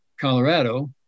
Colorado